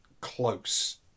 close